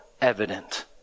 evident